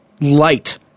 light